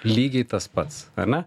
lygiai tas pats ane